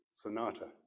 sonata